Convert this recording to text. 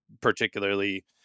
particularly